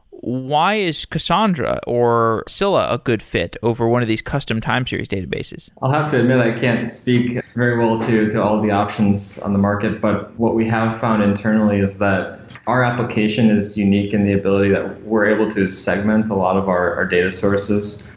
why is cassandra or scylla a good fit over one of these custom time series databases? i'll have to admit i can't speak very well to to all the options on the market, but what we have found internally is that our application is unique in the ability that we're able to segment a lot of our our data services,